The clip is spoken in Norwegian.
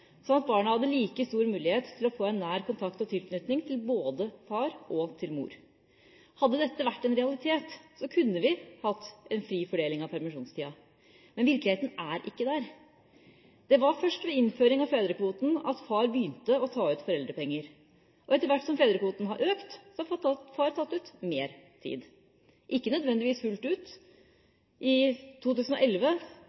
at barna hadde like stor mulighet til å få nær kontakt og tilknytning til både far og mor. Hadde dette vært en realitet, kunne vi hatt en fri fordeling av permisjonstida, men virkeligheten er ikke slik. Det var først ved innføring av fedrekvoten at far begynte å ta ut foreldrepenger. Etter hvert som fedrekvoten har økt, har far tatt ut mer tid, men ikke nødvendigvis fullt